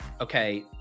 okay